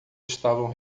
estavam